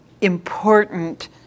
important